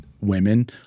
women